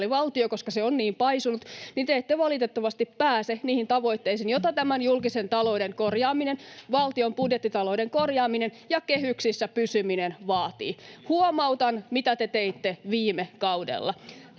”sosiaalivaltio”, koska se on niin paisunut — niin te ette valitettavasti pääse niihin tavoitteisiin, joita tämän julkisen talouden korjaaminen, valtion budjettitalouden korjaaminen ja kehyksissä pysyminen vaativat. Huomautan, mitä te teitte viime kaudella: